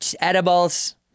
edibles